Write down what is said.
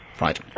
Right